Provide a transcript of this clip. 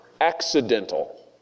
accidental